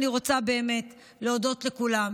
אני רוצה באמת להודות לכולם,